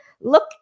look